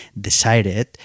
decided